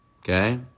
Okay